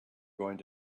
going